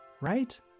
right